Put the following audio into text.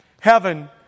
Heaven